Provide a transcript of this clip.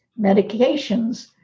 medications